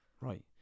Right